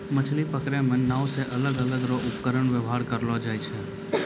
मछली पकड़ै मे नांव से अलग अलग रो उपकरण वेवहार करलो जाय छै